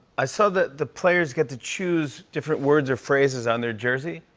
i saw that the players get to choose different words or phrases on their jersey,